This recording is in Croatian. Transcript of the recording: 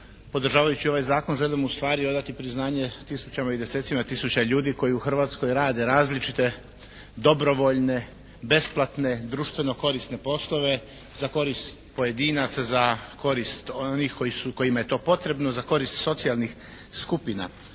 podržavajući ovaj zakon želimo ustvari odati priznanje tisućama i desetcima tisuća ljudi koji u Hrvatskoj rade različite dobrovoljne, besplatne, društveno korisne poslove za korist pojedinaca, za korist onih kojima je to potrebno, za korist socijalnih skupina